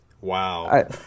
wow